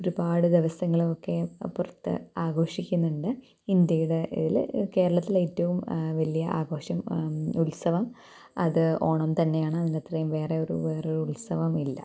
ഒരുപാട് ദിവസങ്ങളുമൊക്കെ പുറത്ത് ആഘോഷിക്കുന്നുണ്ട് ഇന്ത്യയുടെ ഇതിൽ കേരളത്തിലേറ്റവും വലിയ ആഘോഷം ഉത്സവം അത് ഓണം തന്നെയാണ് അതിന്റത്രയും വേറെ ഒരു വേറൊരു ഉത്സവമില്ല